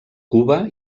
cuba